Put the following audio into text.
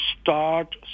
start